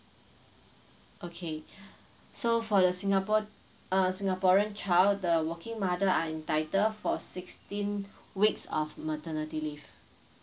okay so for the singapore uh singaporean child the working mother are entitle for sixteen weeks of maternity leave